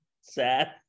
Sad